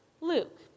Luke